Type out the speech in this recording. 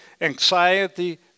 anxiety